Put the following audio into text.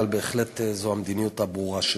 אבל בהחלט זו המדיניות הברורה שלנו.